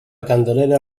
candelera